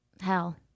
Hell